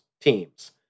teams